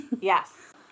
Yes